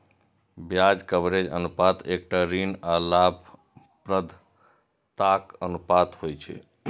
ब्याज कवरेज अनुपात एकटा ऋण आ लाभप्रदताक अनुपात होइ छै